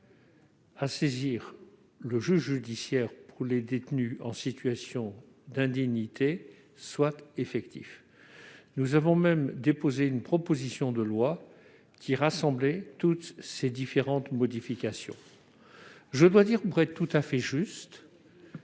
à saisir le juge judiciaire pour les détenus en situation d'indignité soit effectif. Nous avons même déposé une proposition de loi qui rassemblait ces différentes modifications. Je dois dire, pour être tout à fait juste,